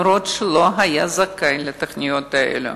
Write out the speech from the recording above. אפילו שלא היה זכאי לתוכניות האלה.